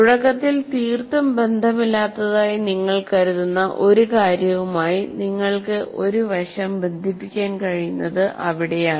തുടക്കത്തിൽ തീർത്തും ബന്ധമില്ലാത്തതായി നിങ്ങൾ കരുതുന്ന ഒരു കാര്യവുമായി നിങ്ങൾക്ക് ഒരു വശം ബന്ധിപ്പിക്കാൻ കഴിയുന്നത് അവിടെയാണ്